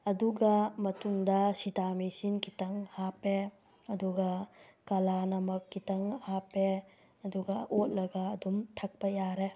ꯑꯗꯨꯒ ꯃꯇꯨꯡꯗ ꯁꯤꯗꯥꯃꯤꯁꯤꯟ ꯈꯤꯇꯪ ꯍꯥꯞꯄꯦ ꯑꯗꯨꯒ ꯀꯥꯂꯥꯅꯃꯛ ꯈꯤꯇꯪ ꯍꯥꯞꯄꯦ ꯑꯗꯨꯒ ꯑꯣꯠꯂꯒ ꯑꯗꯨꯝ ꯊꯛꯄ ꯌꯥꯔꯦ